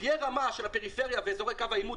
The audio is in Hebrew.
תהיה רמה של הפריפריה ואזורי קו העימות,